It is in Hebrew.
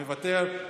מוותר.